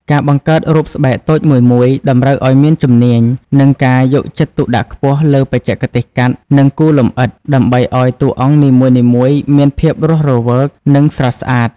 ការបង្កើតរូបស្បែកតូចមួយៗ តម្រូវឱ្យមានជំនាញ និងការយកចិត្តទុកដាក់ខ្ពស់លើបច្ចេកទេសកាត់ និងគូរលម្អិត ដើម្បីឱ្យតួអង្គនីមួយៗមានភាពរស់រវើក និងស្រស់ស្អាត។